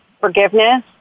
forgiveness